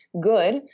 good